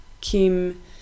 kim